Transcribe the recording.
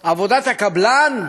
עבודת הקבלן,